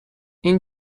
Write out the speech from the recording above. این